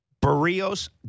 Barrios